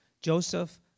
Joseph